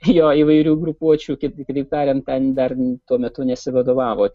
jo įvairių grupuočių kit kitaip tariant ten dar tuo metu nesivadovavo